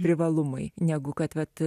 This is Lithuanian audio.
privalumai negu kad